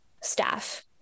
staff